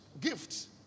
gifts